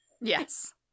Yes